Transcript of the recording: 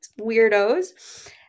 weirdos